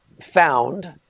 found